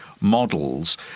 models